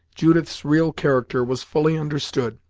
judith's real character was fully understood,